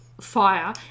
fire